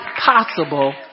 possible